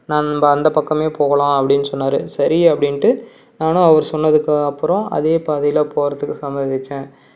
நம்ம அந்த பக்கமே போகலாம் அப்படின்னு சொன்னாரு சரி அப்படின்ட்டு நானும் அவரு சொன்னதுக்கு அப்புறம் அதே பாதையில் போகிறத்துக்கு சம்மதிச்சேன்